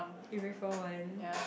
you prefer one